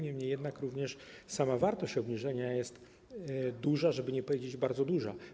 Niemniej jednak również sama wartość obniżenia jest duża, żeby nie powiedzieć: bardzo duża.